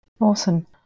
Awesome